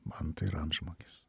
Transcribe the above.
man tai yra antžmogis